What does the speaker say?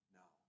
no